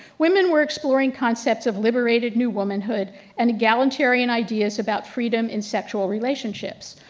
women were exploring concepts of liberated new womanhood and egalitarian ideas about freedom in sexual relationships.